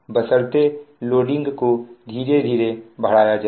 बशर्ते लोडिंग को धीरे धीरे बढ़ाया जाए